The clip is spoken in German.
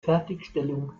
fertigstellung